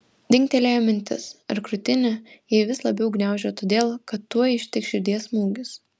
dingtelėjo mintis ar krūtinę jai vis labiau gniaužia todėl kad tuoj ištiks širdies smūgis